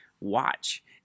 watch